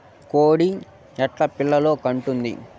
కోడి ఎట్లా పిల్లలు కంటుంది?